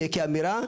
החברה.